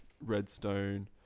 redstone